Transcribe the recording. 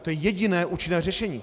To je jediné účinné řešení.